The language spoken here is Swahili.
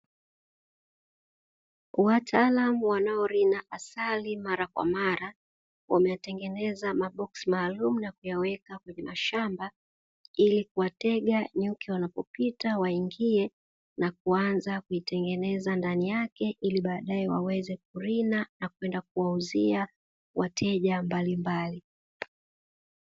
Wataalamu wanaorina asali mara kwa mara, wameyatengeza maboksi maalumu na kuyaweka kwenye mashamba, ili kuwatega nyuki wanapopita waingie na kuanza kuitengeneza ndani yake, ili baadae waweze kurina na kwenda kuwauzia wateja mbalimbali.